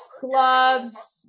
gloves